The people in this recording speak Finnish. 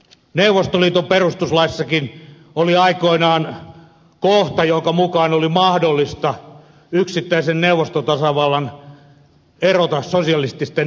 neuvostoliiton perustuslaissakin oli aikoinaan kohta jonka mukaan oli mahdollista yksittäisen neuvostotasavallan erota sosialististen neuvostotasavaltojen liitosta